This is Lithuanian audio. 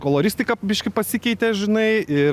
koloristika biškį pasikeitė žinai ir